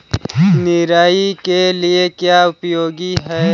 निराई के लिए क्या उपयोगी है?